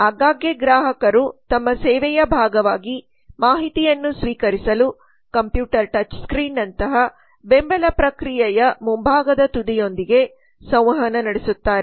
ಆಗಾಗ್ಗೆ ಗ್ರಾಹಕರು ತಮ್ಮ ಸೇವೆಯ ಭಾಗವಾಗಿ ಮಾಹಿತಿಯನ್ನು ಸ್ವೀಕರಿಸಲು ಕಂಪ್ಯೂಟರ್ ಟಚ್ ಸ್ಕ್ರೀನ್ನಂತಹ ಬೆಂಬಲ ಪ್ರಕ್ರಿಯೆಯ ಮುಂಭಾಗದ ತುದಿಯೊಂದಿಗೆ ಸಂವಹನ ನಡೆಸುತ್ತಾರೆ